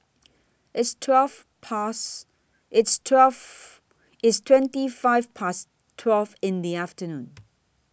its twelve Past its twelve its twenty five Past twelve in The afternoon